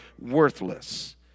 worthless